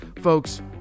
folks